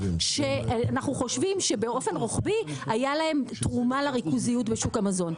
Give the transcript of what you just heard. שאנחנו חושבים שבאופן רוחבי הייתה להם תרומה לריכוזיות בשוק המזון.